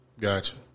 Gotcha